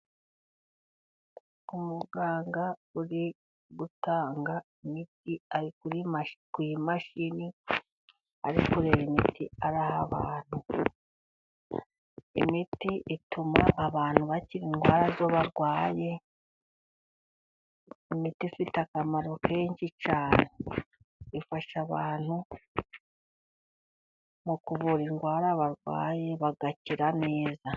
Umuganga uri gutanga imiti ari ku mashini ari kureba imiti ituma abantu bakira indwara barwaye. Imiti ifite akamaro kenshi cyane ifasha abantu mu kuvura indwara barwaye bagakira neza.